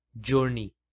journey